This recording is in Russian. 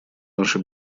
наша